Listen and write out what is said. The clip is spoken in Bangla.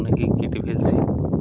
অনেকেই কেটে ফেলছি